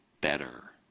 better